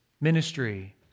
Ministry